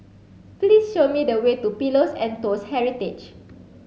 please show me the way to Pillows and Toast Heritage